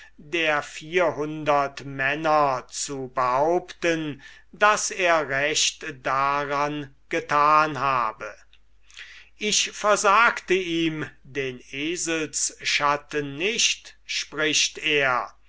der vierhundertmänner zu behaupten daß er recht daran getan habe ich versagte ihm den eselsschatten nicht spricht er